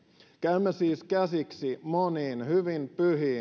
käymme siis käsiksi moniin hyvin pyhiin